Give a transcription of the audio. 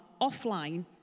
offline